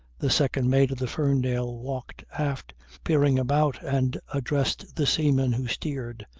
the second mate of the ferndale walked aft peering about and addressed the seaman who steered.